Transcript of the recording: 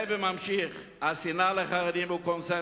לוי ממשיך: "השנאה לחרדים היא קונסנזוס.